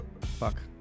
Fuck